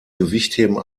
gewichtheben